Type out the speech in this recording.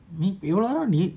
நீஇவ்ளோதான்நீ:ni ivloothan ni